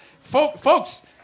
Folks